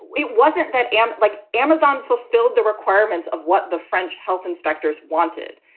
it wasn't that amped like amazon fulfilled the requirements of what the french health inspectors wanted.